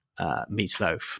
Meatloaf